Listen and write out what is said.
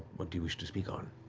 what do you wish to speak on?